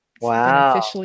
Wow